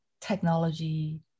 technology